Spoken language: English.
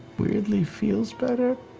weirdly feels better,